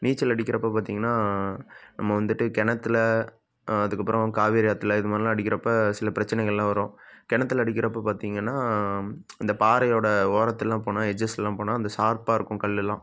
நீச்சல் அடிக்கிறப்போ பார்த்தீங்கன்னா நம்ம வந்துவிட்டு கிணத்துல அதற்கப்பறம் காவேரி ஆற்றுல இது மாதிரிலாம் அடிக்கிறப்போ சில பிரச்சனைகள்லாம் வரும் கிணத்துல அடிக்கிறப்போ பார்த்தீங்கன்னா இந்த பாறையோட ஓரத்துலலாம் போனால் எட்ஜஸ்க்குலாம் போனால் அந்த ஷார்ப்பாக இருக்கும் கல்லுலாம்